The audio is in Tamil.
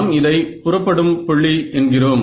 நாம் இதை புறப்படும் புள்ளி என்கிறோம்